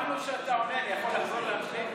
כשאתה עונה, אני יכול לחזור להתחיל?